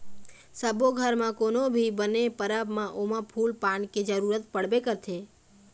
सब्बो घर म कोनो भी बने परब म ओमा फूल पान के जरूरत पड़बे करथे